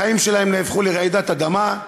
החיים שלהם נהפכו לרעידת אדמה,